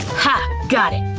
ha! got it!